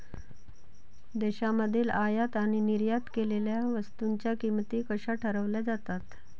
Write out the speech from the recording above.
देशांमधील आयात आणि निर्यात केलेल्या वस्तूंच्या किमती कशा ठरवल्या जातात?